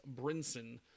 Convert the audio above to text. Brinson